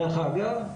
דרך אגב,